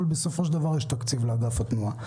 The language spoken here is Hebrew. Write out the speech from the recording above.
אבל בסופו של דבר יש תקציב לאגף התנועה,